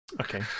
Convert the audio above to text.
Okay